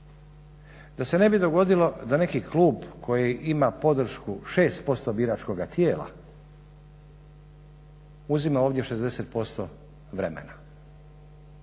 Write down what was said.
da se ne bi dogodilo da neki klub koji ima podršku 6% biračkoga tijela uzima ovdje 60% vremena